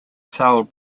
fell